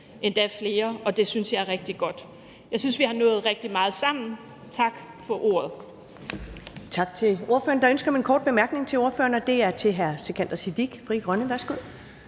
endda flere, og det synes jeg er rigtig godt. Jeg synes, vi har nået rigtig meget sammen. Tak for ordet.